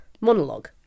monologue